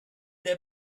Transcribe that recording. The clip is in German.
der